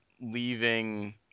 leaving